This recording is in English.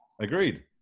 Agreed